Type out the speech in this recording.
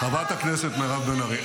--- חברת הכנסת מירב בן ארי.